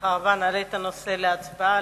בשמחה רבה נעלה את הנושא להצבעה.